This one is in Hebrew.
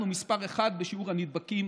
אנחנו מס' אחת בשיעור הנדבקים